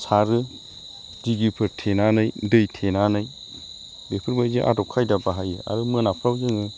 सारो दिगिफोर थेनानै दै थेनानै बेफोरबायदि आदब खायदा बाहायो आरो मोनाफ्राव जोङो